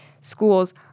schools